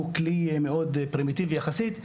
הוא כלי מאוד פרימיטיבי יחסית.